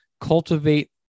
cultivate